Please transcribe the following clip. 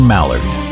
Mallard